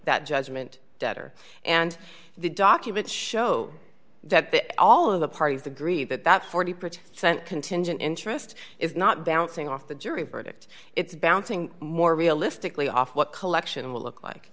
that judgment debtor and the documents show that all of the parties agree that that forty per cent contingent interest is not bouncing off the jury verdict it's bouncing more realistically off what collection will look like